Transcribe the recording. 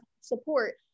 support